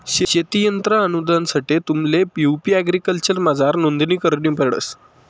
शेती यंत्र अनुदानसाठे तुम्हले यु.पी एग्रीकल्चरमझार नोंदणी करणी पडस